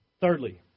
Thirdly